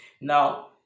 Now